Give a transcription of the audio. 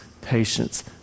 patience